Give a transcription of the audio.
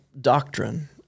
doctrine